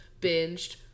binged